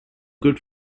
good